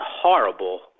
horrible